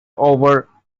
over